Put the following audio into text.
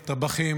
טבחים,